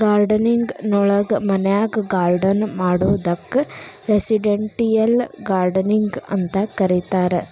gardening ನೊಳಗ ಮನ್ಯಾಗ್ garden ಮಾಡೋದಕ್ಕ್ ರೆಸಿಡೆಂಟಿಯಲ್ ಗಾರ್ಡನಿಂಗ್ ಅಂತ ಕರೇತಾರ,